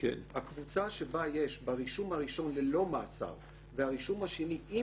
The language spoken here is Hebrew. הקבוצה שבה יש ברישום הראשון ללא מאסר והרישום השני עם